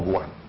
one